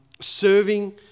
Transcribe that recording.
Serving